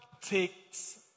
takes